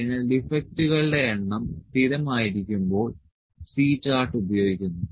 അതിനാൽ ഡിഫെക്ടുകളുടെ എണ്ണം സ്ഥിരമായിരിക്കുമ്പോൾ C ചാർട്ട് ഉപയോഗിക്കുന്നു